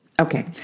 Okay